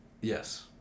Yes